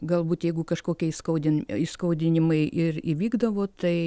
galbūt jeigu kažkokie įskaudin įskaudinimai ir įvykdavo tai